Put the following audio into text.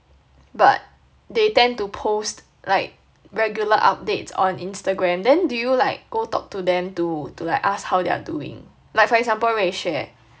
but they tend to post like regular updates on Instagram then do you like go talk to them to to like ask how they're doing like for example ruey xue